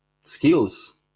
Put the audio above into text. skills